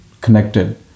connected